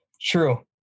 True